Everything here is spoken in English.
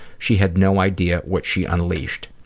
she had no idea what she unleashed.